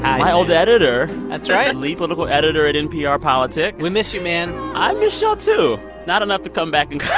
old editor that's right. lead political editor at npr politics we miss you, man i miss y'all, too not enough to come back and cover